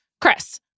Chris